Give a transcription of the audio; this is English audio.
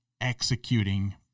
executing